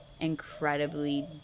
incredibly